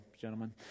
gentlemen